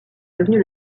devenue